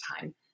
time